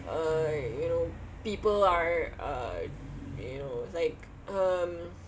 uh you know people are uh you know like um